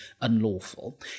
unlawful